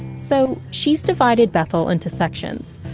so, she's divided bethel into sections.